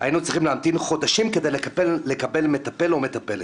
היינו צריכים להמתין חודשים כדי לקבל מטפל או מטפלת.